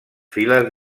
files